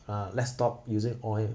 uh let's stop using oil